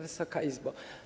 Wysoka Izbo!